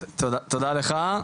תודה לך,